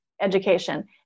education